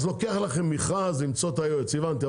אז אתם צריכים מכרז כדי למצוא את היועץ הבנתי,